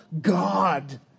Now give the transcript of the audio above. god